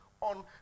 on